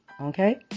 Okay